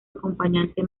acompañante